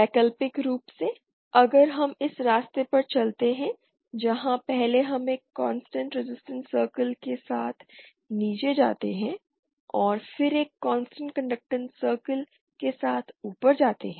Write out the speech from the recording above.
वैकल्पिक रूप से अगर हम इस रास्ते पर चलते हैं जहां पहले हम एक कांस्टेंट रेजिस्टेंस सर्किल के साथ नीचे जाते हैं और फिर एक कांस्टेंट कंडक्टैंस सर्किल के साथ ऊपर जाते हैं